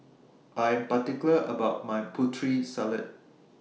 I Am particular about My Putri Salad